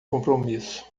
compromisso